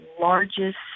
largest